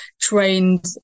trained